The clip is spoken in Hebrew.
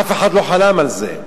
אף אחד לא חלם על זה.